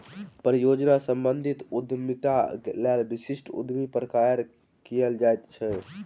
परियोजना सम्बंधित उद्यमिताक लेल विशिष्ट उद्यमी प्रक्रिया कयल जाइत अछि